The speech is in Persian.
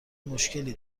مشکلی